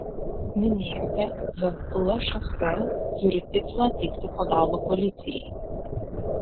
minėjote jog lšs turi tikslą teikti pagalbą policijai